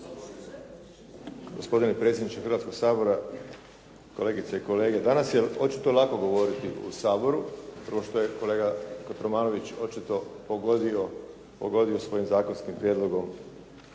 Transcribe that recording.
Gospodine predsjedniče Hrvatskog sabora, kolegice i kolege. Danas je očito lako govoriti u Saboru. Prvo što je kolega Kotromanović očito pogodio svojim zakonskim prijedlogom